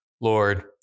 Lord